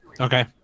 Okay